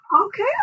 Okay